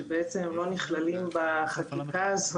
שבעצם הם לא נכללים בחקיקה הזאת.